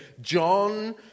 John